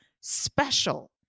special